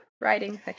Writing